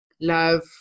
love